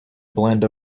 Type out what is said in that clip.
blend